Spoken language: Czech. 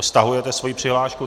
Stahujete svoji přihlášku.